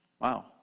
wow